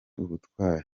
ubutwari